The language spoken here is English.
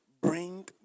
bring